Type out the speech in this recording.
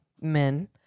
men